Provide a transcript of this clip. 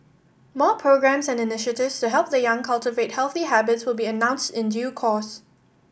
more programmes and initiatives to help the young cultivate healthy habits will be announced in due course